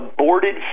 aborted